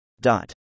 Dot